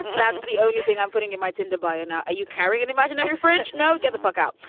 that's the only thing i'm putting in rights into buying now. are you carrying an imaginary fridge. no. get the fuck out.